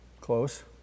Close